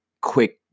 quick